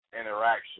interaction